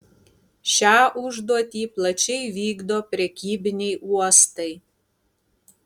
šią užduotį plačiai vykdo prekybiniai uostai